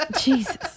Jesus